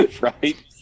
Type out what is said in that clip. Right